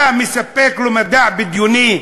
אתה מספק לו מדע בדיוני.